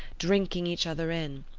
drinking each other in,